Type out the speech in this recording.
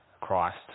Christ